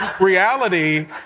reality